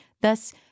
Thus